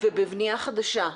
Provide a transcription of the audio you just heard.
בבנייה חדשה,